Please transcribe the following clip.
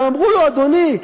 והם אמרו לו: אדוני,